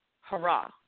hurrah